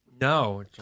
No